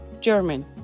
German